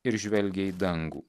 ir žvelgia į dangų